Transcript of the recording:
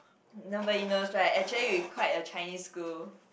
nobody knows right actually we quite a Chinese school